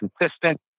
consistent